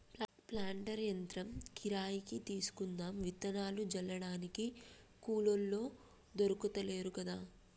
planter యంత్రం కిరాయికి తీసుకుందాం విత్తనాలు జల్లడానికి కూలోళ్లు దొర్కుతలేరు కదా